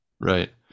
Right